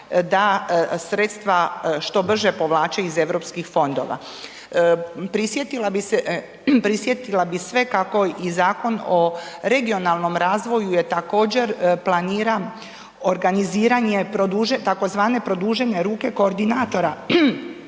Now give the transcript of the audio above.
da sredstva što brže povlače iz Europskih fondova. Prisjetila bi sve kako i Zakon o regionalnom razvoju je također planira organiziranje tzv. produžene ruke koordinatora